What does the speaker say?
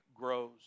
grows